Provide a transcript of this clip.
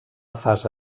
fase